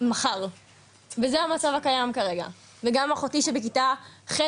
מחר וזה המצב הקיים כרגע וגם אחותי שבכיתה ח',